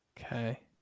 Okay